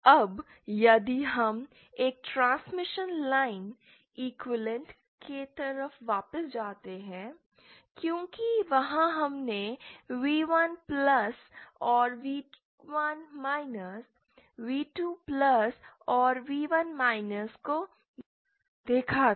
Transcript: अब यदि हम एक ट्रांसमिशन लाइन इक्विवेलेंट के तरफ वापस जाते हैं क्योंकि वहाँ हमने V1 प्लस और V1 माइनस V2 प्लस और V1 माइनस को देखा था